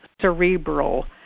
cerebral